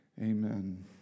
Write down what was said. Amen